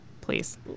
please